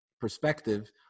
perspective